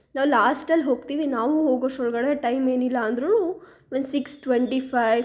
ನಾವು ಲಾಸ್ಟಲ್ಲಿ ಹೋಗ್ತೀವಿ ನಾವು ಹೋಗೋಷ್ಟರೊಳ್ಗಡೆ ಟೈಮ್ ಏನಿಲ್ಲ ಅಂದ್ರೂ ಒಂದು ಸಿಕ್ಸ್ ಟ್ವೆಂಟಿ ಫೈಯ್